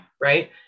Right